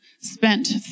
spent